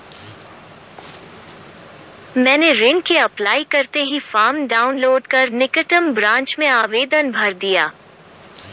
मैंने ऋण के अप्लाई करते ही फार्म डाऊनलोड कर निकटम ब्रांच में आवेदन भर दिया